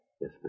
Yes